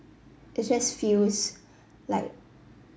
it just feels like